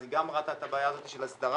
היא גם ראתה את הבעיה הזאת של הסדרה.